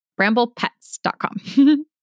bramblepets.com